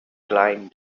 climbed